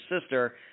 sister